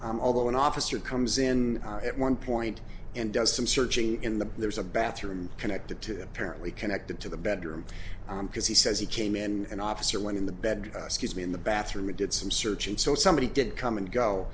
shut although an officer comes in at one point and does some searching in the there's a bathroom connected to apparently connected to the bedroom because he says he came in and officer went in the bed scuse me in the bathroom and did some searching so somebody did come and go